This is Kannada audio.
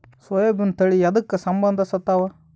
ಸೋಯಾಬಿನ ತಳಿ ಎದಕ ಸಂಭಂದಸತ್ತಾವ?